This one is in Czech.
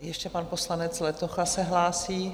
Ještě pan poslanec Letocha se hlásí.